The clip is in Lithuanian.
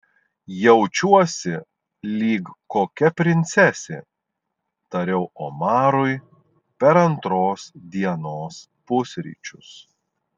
jaučiuosi lyg kokia princesė tariau omarui per antros dienos pusryčius